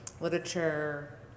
literature